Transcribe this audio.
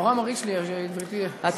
נורא מרעיש לי, גברתי סגנית היושב-ראש.